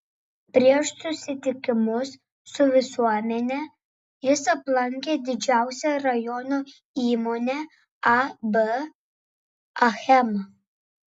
prieš susitikimus su visuomene jis aplankė didžiausią rajono įmonę ab achema